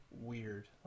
weird